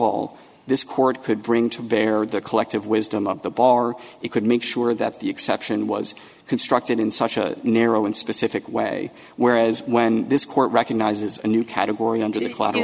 all this court could bring to bear the collective wisdom of the bar he could make sure that the exception was constructed in such a narrow and specific way whereas when this court recognizes a new category under the cl